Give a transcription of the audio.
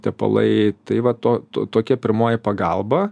tepalai tai va to tokia pirmoji pagalba